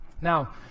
Now